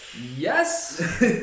yes